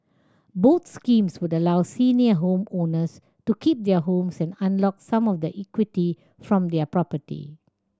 both schemes would allow senior homeowners to keep their homes and unlock some of the equity from their property